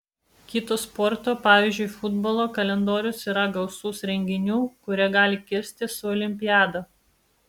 kito sporto pavyzdžiui futbolo kalendorius yra gausus renginių kurie gali kirstis su olimpiada